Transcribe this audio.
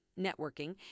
networking